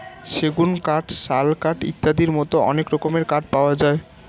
সেগুন কাঠ, শাল কাঠ ইত্যাদির মতো অনেক রকমের কাঠ পাওয়া যায়